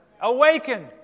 awaken